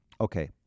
Okay